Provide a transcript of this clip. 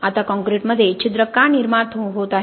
आता काँक्रीटमध्ये छिद्र का निर्माण होत आहेत